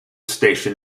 station